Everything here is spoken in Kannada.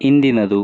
ಹಿಂದಿನದು